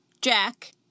Jack